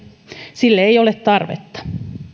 sille ei ole tarvetta